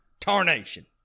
Tarnation